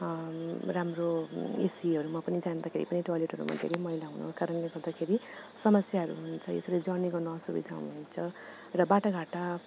राम्रो एसीहरूमा पनि जाँदाखेरि पनि टोयलेटहरूमा धेरै मैला हुनको कारणले गर्दाखेरि समस्याहरू हुन्छ यसरी जर्नी गर्न असुविधा हुन्छ र बाटोघाटो